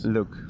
Look